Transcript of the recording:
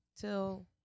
till